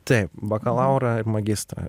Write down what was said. taip bakalaurą ir magistrą